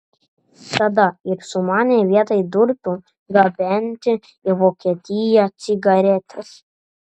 tada ir sumanė vietoj durpių gabenti į vokietiją cigaretes